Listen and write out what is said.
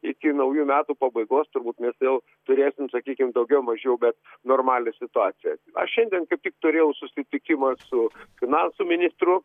iki naujų metų pabaigos turbūt mes vėl turėsim sakykim daugiau mažiau bet normalią situaciją aš šiandien kaip tik turėjau susitikimą su finansų ministru